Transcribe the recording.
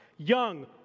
Young